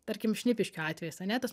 tarkim šnipiškių atvejis ane tas